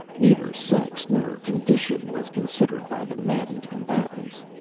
neither sex nor condition was considered by the maddened combatants.